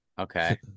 Okay